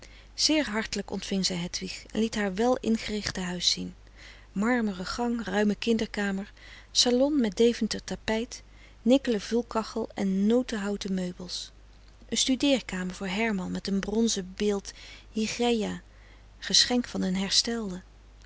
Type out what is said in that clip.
zeer hartelijk ontving zij hedwig en liet haar wel ingerichte huis zien marmeren gang ruime kinderkamer salon met deventer tapijt nikkelen vulkachel en notenhouten meubels een studeerkamer voor herman met een bronzen beeld hygieia geschenk van een herstelde